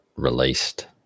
released